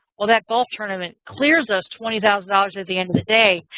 or that golf tournament clears us twenty thousand dollars at the end of the day,